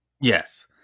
Yes